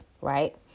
Right